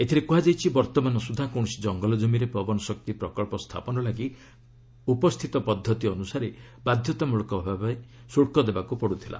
ଏଥିରେ କୁହାଯାଇଛି ବର୍ଭମାନ ସୁଦ୍ଧା କୌଣସି ଜଙ୍ଗଲ ଜମିରେ ପବନ ଶକ୍ତି ପ୍ରକଳ୍ପ ସ୍ଥାପନ ଲାଗି ଉପସ୍ଥିତ ପଦ୍ଧତି ଅନୁସାରେ ବାଧ୍ୟତାମୂଳକ ଭାବେ ଶୁଳ୍କ ଦେବାକୁ ପଡ଼ୁଥିଲା